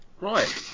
Right